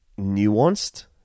nuanced